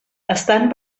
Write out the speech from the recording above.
estan